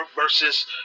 versus